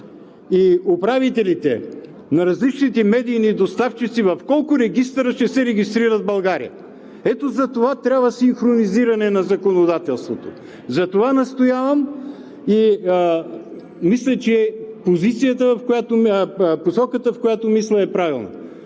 и управителите на различните медийни доставчици в колко регистъра ще се регистрират в България?! Ето затова трябва синхронизиране на законодателството. Затова настоявам и мисля, че посоката, в която мисля, е правилна.